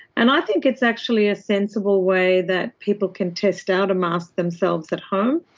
and i think it's actually a sensible way that people can test out a mask themselves at home.